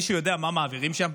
מישהו יודע מה מעבירים שם?